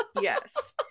yes